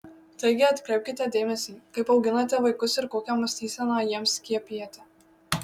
taigi atkreipkite dėmesį kaip auginate vaikus ir kokią mąstyseną jiems skiepijate